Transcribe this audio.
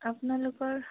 আপোনালোকৰ